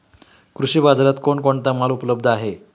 कृषी बाजारात कोण कोणता माल उपलब्ध आहे?